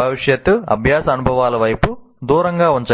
భవిష్యత్తు అభ్యాస అనుభవాల వైపు దూరంగా ఉంచగలవు